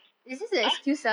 ah